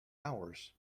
hours